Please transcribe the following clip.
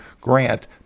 grant